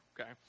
okay